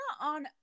on